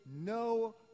no